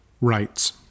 rights